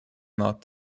not